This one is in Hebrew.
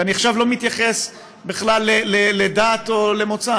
ואני עכשיו לא מתייחס בכלל לדת או למוצא,